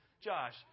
Josh